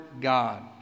God